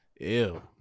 ew